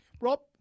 Rob